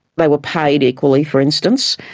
they were paid equally, for instance,